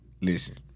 listen